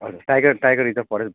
हजुर tiger tiger reserve forest